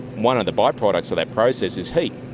one of the by-products of that process is heat,